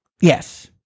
Yes